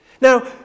Now